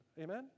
Amen